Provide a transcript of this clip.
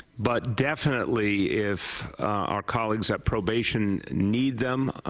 but definitely if our colleagues at probation need them,